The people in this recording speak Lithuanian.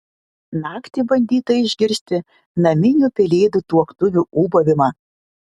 naktį bandyta išgirsti naminių pelėdų tuoktuvių ūbavimą